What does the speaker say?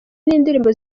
n’indirimbo